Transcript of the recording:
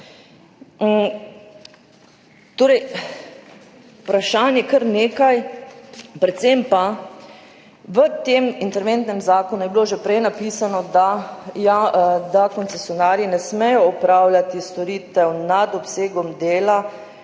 delati? Vprašanj je kar nekaj. Predvsem pa, v tem interventnem zakonu je bilo že prej napisano, da koncesionarji ne smejo opravljati storitev nad obsegom dela